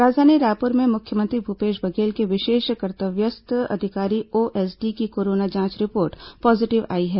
राजधानी रायपुर में मुख्यमंत्री भूपेश बघेल के विशेष कर्तव्यस्थ अधिकारी ओएसडी की कोरोना जांच रिपोर्ट पॉजीटिव आई है